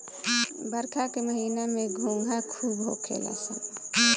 बरखा के महिना में घोंघा खूब होखेल सन